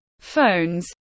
phones